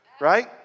right